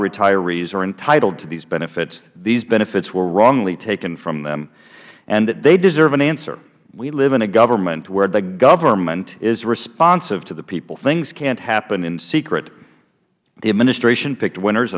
retirees are entitled to these benefits these benefits were wrongly taken from them and they deserve an answer we live in a government where the government is responsive to the people things can't happen in secret the administration picked winners